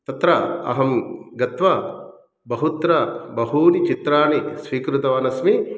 तत्र अहं गत्वा बहुत्र बहूनि चित्राणि स्वीकृतवानस्मि